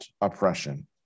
oppression